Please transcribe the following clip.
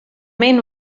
men